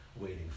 waiting